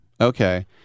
Okay